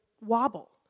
wobble